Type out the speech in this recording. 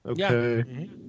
Okay